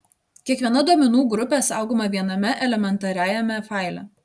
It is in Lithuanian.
kiekviena duomenų grupė saugoma viename elementariajame faile